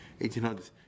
1800s